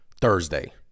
Thursday